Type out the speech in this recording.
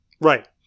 Right